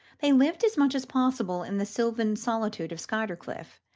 they lived as much as possible in the sylvan solitude of skuytercliff,